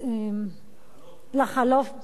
לחלוף.